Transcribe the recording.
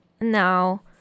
now